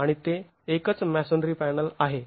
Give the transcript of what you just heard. आणि ते एकच मॅसोनरी पॅनल आहे